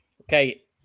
Okay